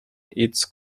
its